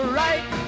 right